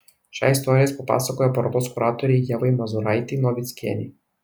šią istoriją jis papasakojo parodos kuratorei ievai mazūraitei novickienei